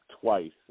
twice